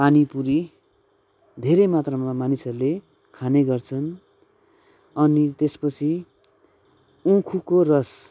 पानीपुरी धेरै मात्रामा मानिसहरूले खाने गर्छन् अनि त्यसपछि उखुको रस